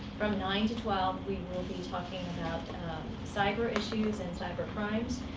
from nine to twelve, we will be talking about cyber issues and cyber crimes.